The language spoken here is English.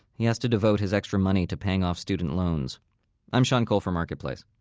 he has to devote his extra money to paying off student loans i'm sean cole for marketplace